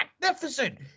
magnificent